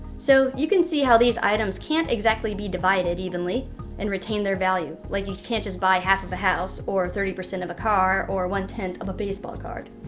so you can see how these items can't exactly be divided evenly and retain their value, like you can't just buy half of a house, or thirty percent of a car, and one tenth of a baseball card.